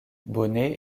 bonnet